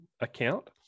account